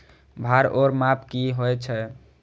भार ओर माप की होय छै?